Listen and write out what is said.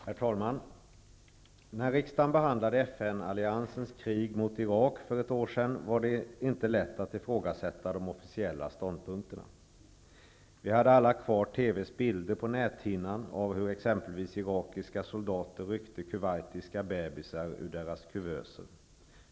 Herr talman! När riksdagen för ett år sedan behandlade FN-alliansens krig mot Irak var det inte lätt att ifrågasätta de officiella ståndpunkterna. Vi hade alla på näthinnan kvar TV:s bilder av hur exempelvis irakiska soldater ryckte kuwaitiska bebisar ur deras kuvöser.